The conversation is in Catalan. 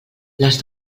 les